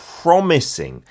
promising